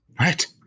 Right